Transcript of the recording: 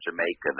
Jamaica